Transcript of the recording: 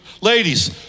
Ladies